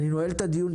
אני נועל את הדיון.